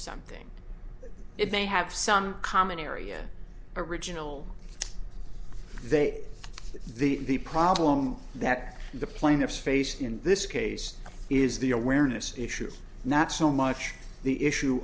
something it may have some common area original they the the problem that the plaintiffs faced in this case is the awareness issue not so much the issue